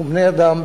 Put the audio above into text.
אנחנו בני-אדם,